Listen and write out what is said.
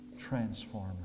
transformer